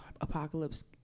apocalypse